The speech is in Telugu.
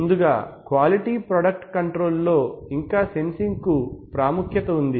ముందుగా క్వాలిటీ ప్రోడక్ట్ కంట్రోల్ లో ఇంకా సెన్సింగ్ కు ప్రాముఖ్యత ఉంది